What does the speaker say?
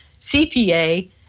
CPA